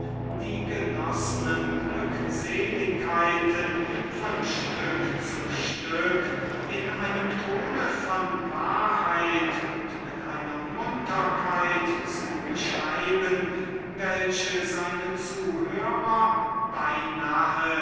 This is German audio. vorgab von stück zu stück mit einem ton von wahrheit und mit einer munterkeit zu beschreiben welche seinen zuhörer beinahe